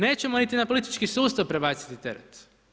Nećemo niti na politički sustav prebaciti teret.